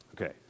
Okay